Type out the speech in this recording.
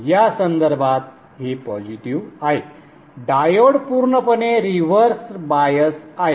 या संदर्भात हे पॉझिटिव्ह आहे डायोड पूर्णपणे रिव्हर्स बायस्ड आहे